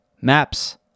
maps